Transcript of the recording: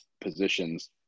positions